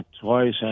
twice